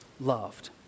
loved